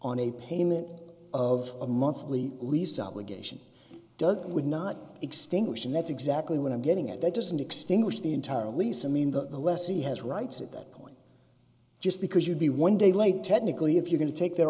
on a payment of a monthly least allegation doug would not extinguish and that's exactly what i'm getting at that doesn't extinguish the entire elise i mean that the lessee has rights at that point just because you'll be one day late technically if you're going to take their